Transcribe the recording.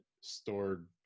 stored